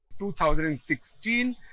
2016